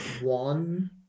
one